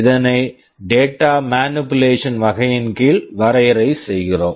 இதனை data manipulation data manupulation வகையின் கீழ் வரையறை செய்கிறோம்